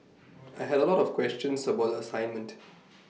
I had A lot of questions about the assignment